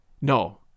No